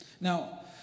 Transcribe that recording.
Now